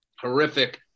horrific